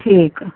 ठीक